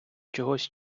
чогось